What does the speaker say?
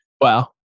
Wow